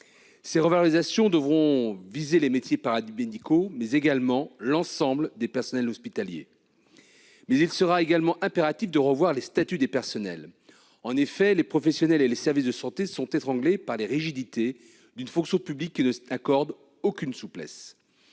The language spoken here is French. Ces revalorisations devront viser les métiers paramédicaux, mais également l'ensemble des personnels hospitaliers. Il est également impératif de revoir les statuts des personnels. En effet, les professionnels et les services de santé sont étranglés par les rigidités d'une fonction publique qui n'accorde aucune souplesse.